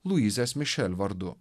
luizės mišel vardu